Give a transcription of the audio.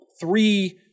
three